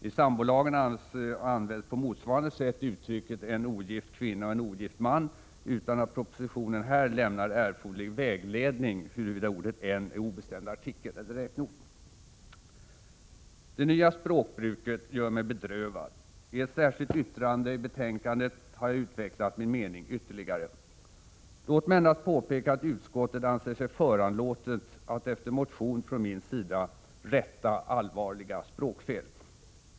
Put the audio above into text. I sambolagen används på motsvarande sätt uttrycket ”en ogift kvinna och en ogift man” utan att propositionen här lämnar erforderlig vägledning huruvida ordet ”en” är obestämd artikel eller räkneord! Det nya språkbruket gör mig bedrövad. I ett särskilt yttrande i betänkandet har jag utvecklat min mening ytterligare. Låt mig endast påpeka att utskottet ansett sig föranlåtet att efter motion från mig rätta allvarliga språkfel.